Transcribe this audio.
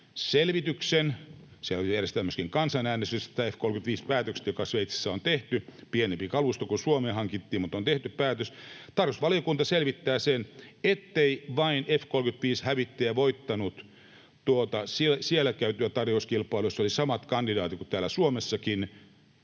selvityksen — siellä järjestetään myöskin kansanäänestys tästä F-35-päätöksestä, joka Sveitsissä on tehty, pienempi kalusto kuin Suomeen hankittiin, mutta on tehty päätös — tarkastusvaliokunta selvittää sen, ettei vain F-35-hävittäjä voittanut tuota siellä käytyä tarjouskilpailua, jossa oli samat kandidaatit kuin täällä Suomessakin,